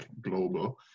global